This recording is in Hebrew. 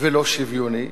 ולא שוויוני,